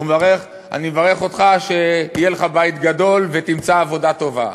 הוא מברך: אני מברך אותך שיהיה לך בית גדול ותמצא עבודה טובה.